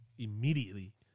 immediately